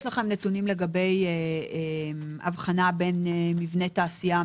יש לכם נתונים לגבי ההבחנה בין מבני תעשייה,